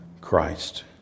Christ